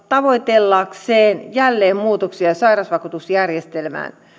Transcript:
tavoitellakseen jälleen muutoksia sairausvakuutusjärjestelmään